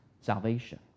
salvation